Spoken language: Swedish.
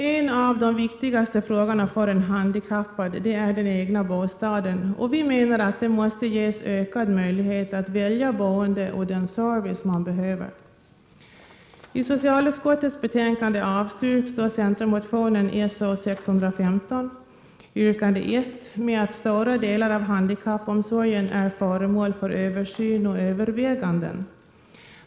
En av de viktigaste frågorna för en handikappad gäller den egna bostaden, och vi menar att det måste ges ökad möjlighet att välja boende och den service man behöver. I socialutskottets betänkande avstyrks centermotionen So615, yrkande 1, med att stora delar av handikappomsorgen är föremål för översyn och överväganden.